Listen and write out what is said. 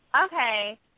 Okay